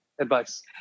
advice